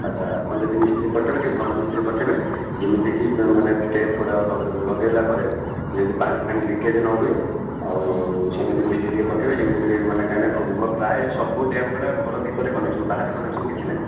ଆଚ୍ଛା ଆପଣ ଯଦି ମିସ୍ତ୍ରୀ ପଠାଇବେ ଟିକିଏ ଭଲ ମିସ୍ତ୍ରୀ ପଠାଇବେ ଯେମିତିକି ମାନେ ଟ୍ୟାପ୍ଗୁଡ଼ାକ ଲଗାଇଲା ପରେ ଯେମିତି ପାଣି ଫାଣି ଲିକେଜ୍ ନହୁଏ ଆଉ ସେମିତି ମିସ୍ତ୍ରୀ ଟିକିଏ ପଠାଇବେ ଯେମିତିକି ମାନେ କାହିଁକି ନା ମୋର ପ୍ରାୟ ସବୁ ଟ୍ୟାପ୍ଗୁଡ଼ା ଘରଭିତରେ କନେକ୍ସନ ବାହାରେ କନେକ୍ସନ କିଛି ନାହିଁ